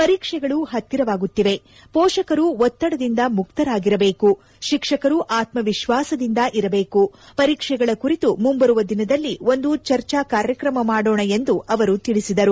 ಪರೀಕ್ಷೆಗಳು ಹತ್ತಿರವಾಗುತ್ತಿವೆ ಪೋಷಕರು ಒತ್ತಡದಿಂದ ಮುಕ್ತರಾಗಿರಬೇಕು ಶಿಕ್ಷಕರು ಆತ್ಮವಿಶ್ವಾಸದಿಂದ ಇರಬೇಕು ಪರೀಕ್ಷೆಗಳ ಕುರಿತು ಮುಂಬರುವ ದಿನದಲ್ಲಿ ಒಂದು ಚರ್ಚಾ ಕಾರ್ಯಕ್ರಮ ಮಾಡೋಣ ಎಂದು ಅವರು ಹೇಳಿದರು